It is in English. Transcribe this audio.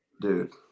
Dude